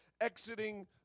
exiting